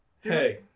hey